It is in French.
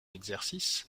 exercice